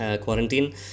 Quarantine